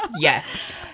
Yes